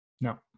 No